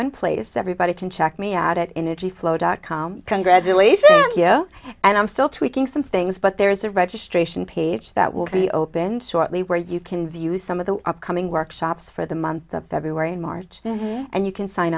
in place everybody can check me out at energy flow dot com congratulations and i'm still tweaking some things but there's a registration page that will be opened shortly where you can view some of the upcoming workshops for the month of february march and you can sign